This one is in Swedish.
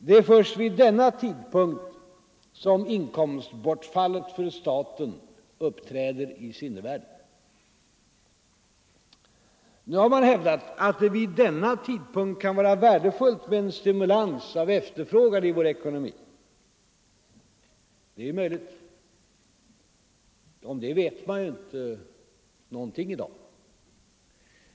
Det är först vid denna tidpunkt som inkomstbortfallet för staten uppträder i sinnevärlden. Nu har man hävdat att det vid denna tidpunkt kan vara värdefullt med en stimulans av efterfrågan i vår ekonomi. Det är möjligt. Om det vet man ju inte någonting i dag.